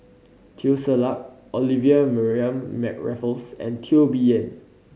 Teo Ser Luck Olivia Mariamne Raffles and Teo Bee Yen